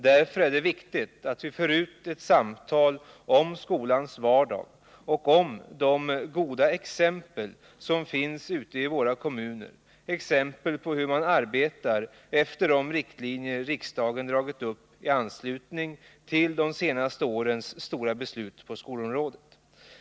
Därför är det viktigt att vi tar upp en diskussion om skolans vardag och om de goda exempel som finns ute i våra kommuner, exempel på hur man arbetar efter de riktlinjer som riksdagen har dragit upp i anslutning till de senaste årens stora beslut på skolområdet.